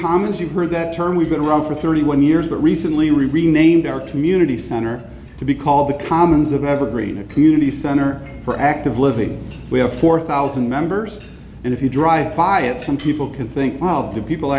commons you've heard that term we've been around for thirty one years but recently renamed our community center to be called the commons of evergreen a community center for active living we have four thousand members and if you drive by it some people can think up to people